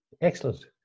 excellent